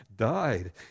died